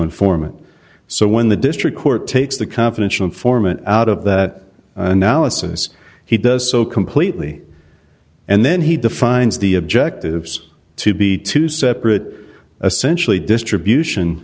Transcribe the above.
informant so when the district court takes the confidential informant out of that analysis he does so completely and then he defines the objectives to be two separate essentially distribution